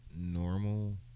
normal